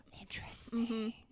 interesting